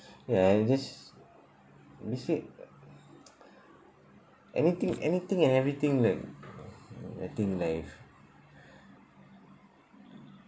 ya it's just we said anything anything and everything like I think life